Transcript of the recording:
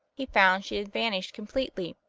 he found she had vanished completely,